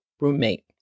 roommate